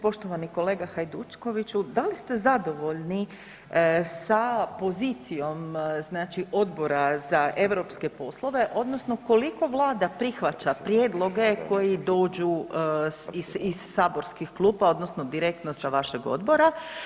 Poštovani kolega Hajdukoviću, da li ste zadovoljni sa pozicijom, znači Odbora za europske poslove odnosno koliko vlada prihvaća prijedloge koji dođu iz saborskih klupa odnosno direktno sa vašeg odbora?